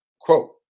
quote